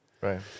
Right